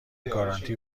گارانتی